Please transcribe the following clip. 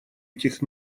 этих